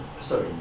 Sorry